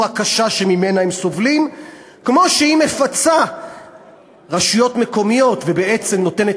הקשה שממנה הם סובלים כמו שהיא מפצה רשויות מקומיות ובעצם נותנת